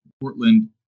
Portland